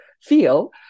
feel